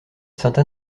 sainte